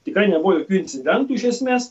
tikrai nebuvo jokių incidentų iš esmės